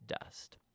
dust